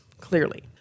clearly